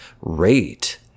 rate